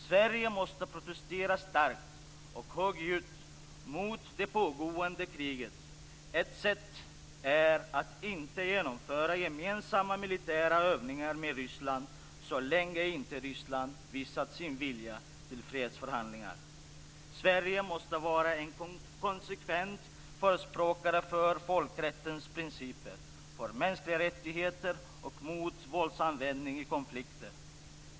Sverige måste protestera starkt och högljutt mot det pågående kriget. Ett sätt är att inte genomföra gemensamma militära övningar med Ryssland så länge inte Ryssland visat sin vilja till fredsförhandlingar. Sverige måste vara en konsekvent förespråkare för folkrättens principer, för mänskliga rättigheter och mot våldsanvändning i konflikter.